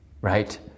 Right